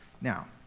Now